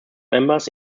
members